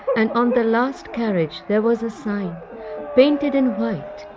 and on the last carriage there was a sign painted in white.